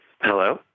Hello